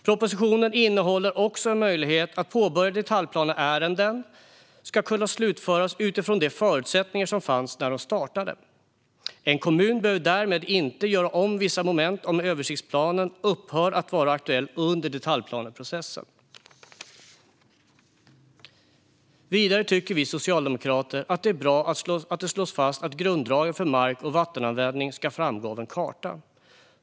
Propositionen innehåller också en möjlighet att slutföra påbörjade detaljplaneärenden utifrån de förutsättningar som fanns när de startade. En kommun behöver därmed inte göra om vissa moment om översiktsplanen upphör att vara aktuell under detaljplaneprocessen. Vidare tycker vi socialdemokrater att det är bra att det slås fast att grunddragen för mark och vattenanvändningen ska framgå av en karta.